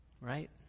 Right